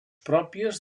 pròpies